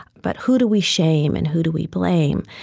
but who do we shame and who do we blame?